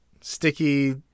sticky